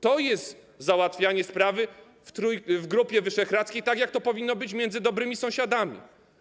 To jest załatwianie sprawy w Grupie Wyszehradzkiej, tak jak powinno być między dobrymi sąsiadami.